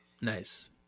Nice